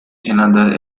another